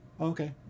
okay